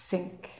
Sink